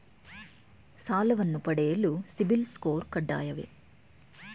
ಸಾಲವನ್ನು ಪಡೆಯಲು CIBIL score ಕಡ್ಡಾಯವೇ?